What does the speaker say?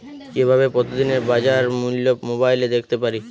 কিভাবে প্রতিদিনের বাজার মূল্য মোবাইলে দেখতে পারি?